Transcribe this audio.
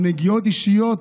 על נגיעות אישיות,